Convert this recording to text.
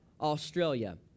Australia